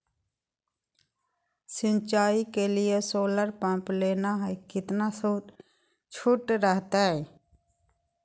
सिंचाई के लिए सोलर पंप लेना है कितना छुट रहतैय?